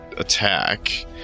attack